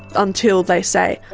until they say,